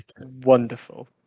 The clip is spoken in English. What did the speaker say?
wonderful